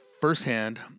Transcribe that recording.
Firsthand